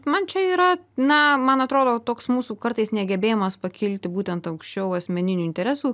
man čia yra na man atrodo toks mūsų kartais negebėjimas pakilti būtent aukščiau asmeninių interesų